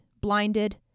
blinded